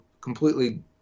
completely